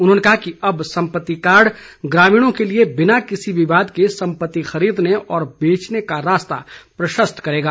उन्होंने कहा कि अब समपत्ति कार्ड ग्रामीणों के लिये बिना किसी विवाद के सम्पत्ति खरीदने और बेचने का रास्ता प्रशस्त करेगा